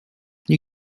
nie